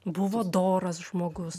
buvo doras žmogus